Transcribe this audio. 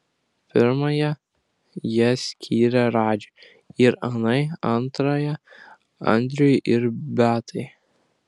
pirmąją jie skyrė radži ir anai antrąją andriui ir beatai